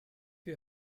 you